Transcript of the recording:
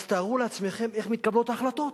אז תארו לעצמכם איך מתקבלות החלטות.